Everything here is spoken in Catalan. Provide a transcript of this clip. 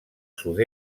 sud